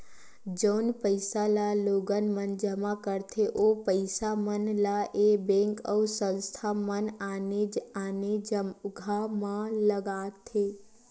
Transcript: जउन पइसा ल लोगन मन जमा करथे ओ पइसा मन ल ऐ बेंक अउ संस्था मन आने आने जघा म लगाथे